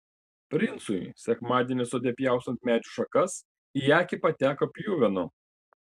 princui sekmadienį sode pjaustant medžių šakas į akį pateko pjuvenų